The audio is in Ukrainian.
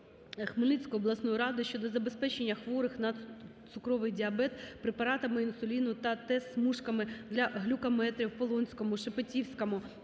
Хмельницької обласної ради щодо забезпечення хворих на цукровий діабет препаратами інсуліну та тест-смужками до глюкометрів в Полонському, Шепетівському